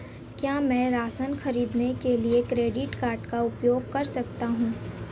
क्या मैं राशन खरीदने के लिए क्रेडिट कार्ड का उपयोग कर सकता हूँ?